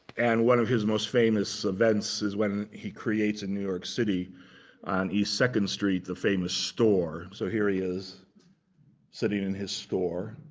and one of his most famous events is when he creates a new york city on east second street, the famous store. so here he is sitting in his store.